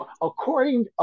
according